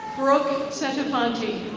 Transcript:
brooke sentafonti.